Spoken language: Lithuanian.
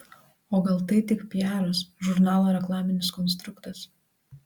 o gal tai tik piaras žurnalo reklaminis konstruktas